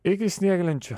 iki snieglenčių